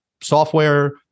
software